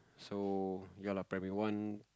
so ya lah primary one